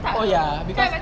oh ya because